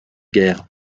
guerres